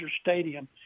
Stadium